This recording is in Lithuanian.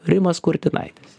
rimas kurtinaitis